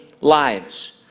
lives